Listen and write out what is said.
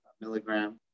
milligram